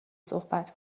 صحبت